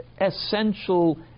essential